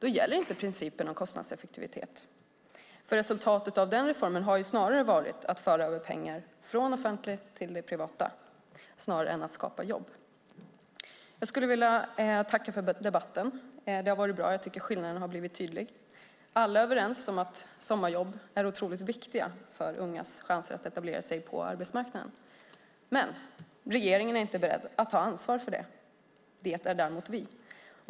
Då gäller inte principen om kostnadseffektivitet, för resultatet av den reformen har snarare varit att man fört över pengar från det offentliga till det privata snarare än att skapa jobb. Jag skulle vilja tacka för debatten. Den har varit bra. Jag tycker att skillnaden har blivit tydlig. Alla är överens om att sommarjobb är otroligt viktiga för ungas chans att etablera sig på arbetsmarknaden. Men regeringen är inte beredd att ta ansvar för det. Det är däremot vi.